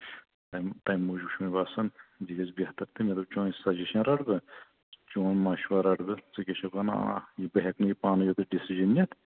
تَمہِ تَمہِ موٗجوٗب چھُ مےٚ باسان یہِ گژھِ بہتر تہٕ مےٚ دوٚپ چٲنۍ سَجَسشَن رَٹہٕ بہٕ چون مَشورٕ رَٹہٕ بہٕ ژٕ کیٛاہ چھُکھ وَنان یہِ بہٕ ہٮ۪کہٕ نہٕ یہِ پانہٕ یوت ڈٮ۪سِجَن نِتھ